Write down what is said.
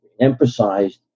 emphasized